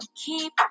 keep